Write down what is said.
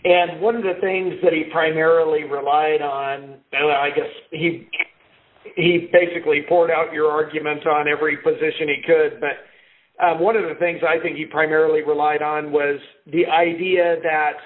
and one of the things that he primarily relied on that i guess he basically poured out your argument on every position he could but one of the things i think he primarily relied on was the idea that